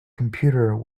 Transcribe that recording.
computer